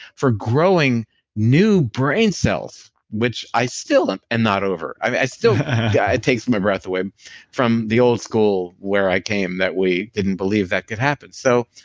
for growing new brain cells which i still am and not over. i still, yeah it takes my breath away from the old school where i came where we didn't believe that could happen so